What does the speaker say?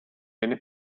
bene